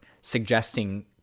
suggesting